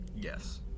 Yes